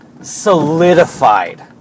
solidified